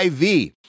IV